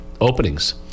openings